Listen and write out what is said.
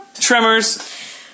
Tremors